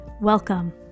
Welcome